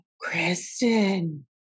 Kristen